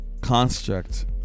Construct